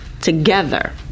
together